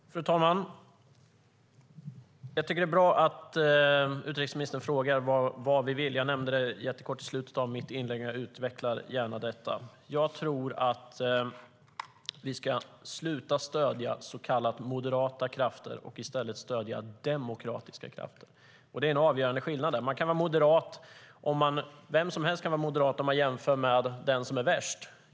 Fru talman! Jag tycker det är bra att utrikesministern frågar vad vi vill. Jag nämnde det mycket kort i slutet av mitt inlägg, och jag utvecklar det gärna. Jag tycker att vi ska sluta stödja så kallat moderata krafter och i stället stödja demokratiska krafter. Det är en avgörande skillnad. Vem som helst kan vara moderat om man jämför med den som är värst.